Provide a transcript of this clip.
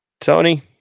Tony